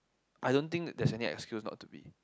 I don't think there's any excuse not to be